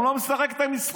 הוא לא משחק את המשחק.